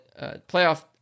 playoff